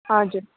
हजुर